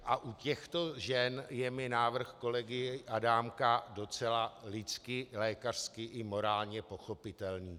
A u těchto žen je mi návrh kolegy Adámka docela lidsky, lékařsky i morálně pochopitelný.